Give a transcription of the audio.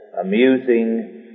amusing